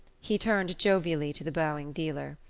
he turned jovially to the bowing dealer.